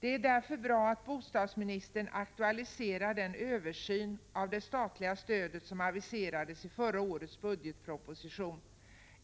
Det är därför bra att bostadsministern aktualiserar den översyn av det statliga stödet som aviserades i förra årets budgetproposition,